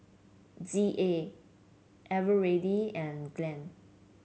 Z A Eveready and Glad